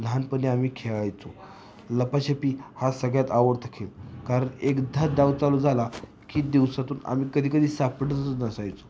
लहानपणी आम्ही खेळायचो लपाछपी हा सगळ्यात आवडता खेळ कारण एकदा डाव चालू झाला की दिवसातून आम्ही कधीकधी सापडतच नसायचो